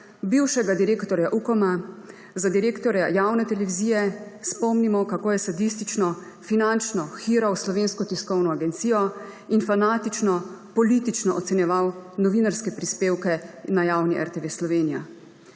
bivšega direktorja Ukoma za direktorja javne televizije. Spomnimo, kako je sadistično finančno hiral Slovensko tiskovno agencijo in fanatično politično ocenjeval novinarske prispevke na javni RTV Slovenija.